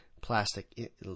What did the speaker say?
plastic